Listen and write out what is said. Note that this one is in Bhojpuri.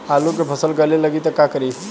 आलू के फ़सल गले लागी त का करी?